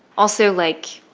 also, like,